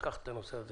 לקחת את הנושא הזה